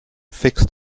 fixed